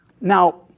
Now